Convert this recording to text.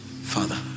father